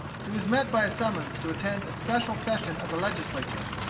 he was met by a summons to attend a special session of the legislature.